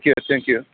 okay thank you